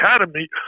academy